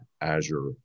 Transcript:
Azure